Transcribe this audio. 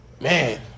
man